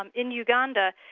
um in uganda,